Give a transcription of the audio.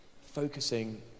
focusing